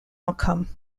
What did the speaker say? outcome